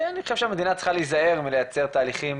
אני חושב שהמדינה צריכה להיזהר מלייצר תהליכים